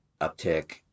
uptick